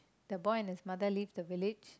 the boy and the mother leaved the village